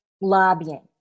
lobbying